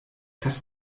das